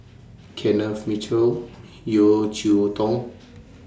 Kenneth Mitchell Yeo Cheow Tong